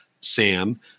Sam